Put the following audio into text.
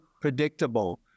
predictable